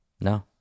No